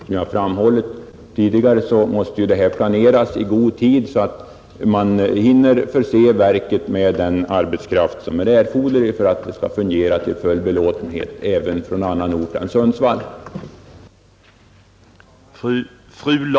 Som jag tidigare framhållit måste en utflyttning planeras i så god tid, att man hinner förse verket med den arbetskraft som är erforderlig för att detta skall kunna fungera till full belåtenhet även efter utlokalisering från Stockholm.